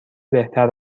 بهتر